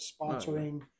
sponsoring